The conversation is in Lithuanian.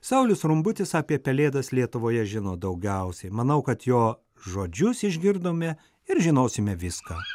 saulius rumbutis apie pelėdas lietuvoje žino daugiausiai manau kad jo žodžius išgirdome ir žinosime viską